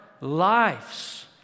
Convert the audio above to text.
lives